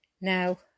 now